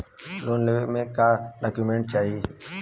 Loan लेवे मे का डॉक्यूमेंट चाही?